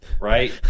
right